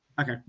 Okay